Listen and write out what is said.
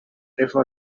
eva